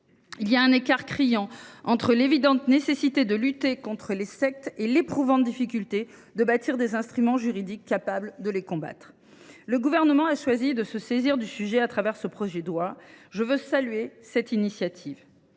Il existe un écart criant entre l’évidente nécessité de lutter contre les sectes et l’éprouvante difficulté à bâtir des instruments juridiques capables de combattre celles ci. Le Gouvernement a choisi de se saisir du sujet ce projet de loi. Je veux saluer cette initiative,